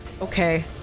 Okay